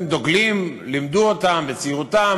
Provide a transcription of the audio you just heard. הם דוגלים, לימדו אותם בצעירותם,